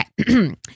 Okay